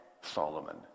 Solomon